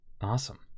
awesome